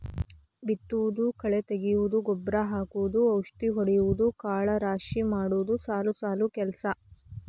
ಬಿತ್ತುದು ಕಳೆ ತಗಿಯುದು ಗೊಬ್ಬರಾ ಹಾಕುದು ಔಷದಿ ಹೊಡಿಯುದು ಕಾಳ ರಾಶಿ ಮಾಡುದು ಸಾಲು ಸಾಲು ಕೆಲಸಾ